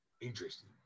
Interesting